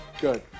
Good